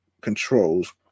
controls